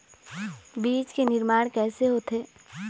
बीज के निर्माण कैसे होथे?